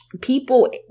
people